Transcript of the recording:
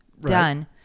done